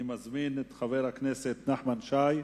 אני מזמין את חבר הכנסת נחמן שי.